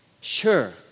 Sure